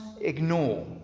ignore